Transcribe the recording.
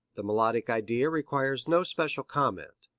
the melodic idea requires no special comment.